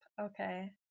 Okay